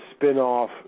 spinoff